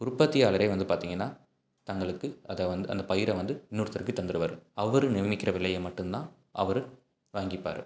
உற்பத்தியாளரே வந்து பார்த்திங்கன்னா தங்களுக்கு அதை வந்து அந்த பயிரை வந்து இன்னொருத்தருக்கு தந்துடுவார் அவர் நிர்ணயிக்கிற விலையை மட்டும் தான் அவர் வாங்கிப்பார்